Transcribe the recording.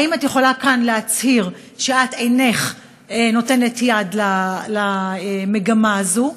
האם את יכולה כאן להצהיר שאת אינך נותנת יד למגמה הזו?